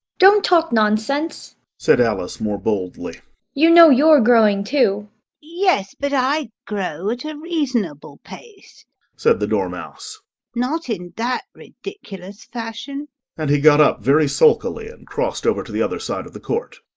don't talk nonsense said alice more boldly you know you're growing too yes, but i grow at a reasonable pace said the dormouse not in that ridiculous fashion and he got up very sulkily and crossed over to the other side of the court.